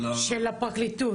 של הפרקליטות.